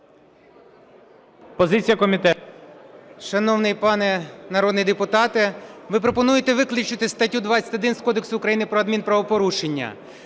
БАКУМОВ О.С. Шановний пане народний депутат, ви пропонуєте виключити статтю 21 з Кодексу України про адмінправопорушення.